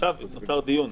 עכשיו נוצר דיון.